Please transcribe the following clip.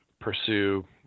pursue